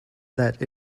that